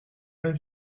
rien